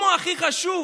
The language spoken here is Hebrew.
אם הוא הכי חשוב,